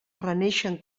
reneixen